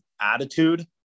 attitude